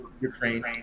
Ukraine